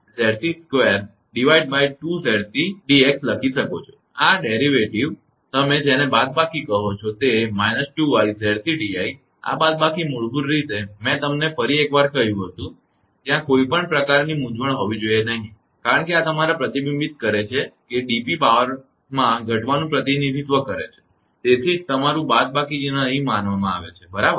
ખરેખર આ વ્યુત્પન્ન તમે જેને બાદબાકી કહો છો તે −2𝑖𝑍𝑐𝑑𝑖 આ બાદબાકી મૂળભૂત રીતે મેં તમને ફરી એકવાર કહ્યું હતું કે ત્યાં કોઈ પણ પ્રકારની મૂંઝ્વણ હોવી જોઈએ નહીં આ તમારા પ્રતિબિંબિત કરે છે કે dp પાવરમાં ઘટાડવાનું પ્રતિનિધિત્વ કરે છે તેથી જ તમારું બાદબાકી ચિહ્ન અહીં માનવામાં આવે છે બરાબર